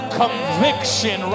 conviction